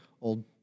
old